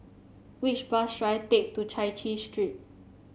which bus should I take to Chai Chee Street